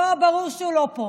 לא, ברור שהוא לא פה.